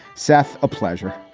seth, a pleasure.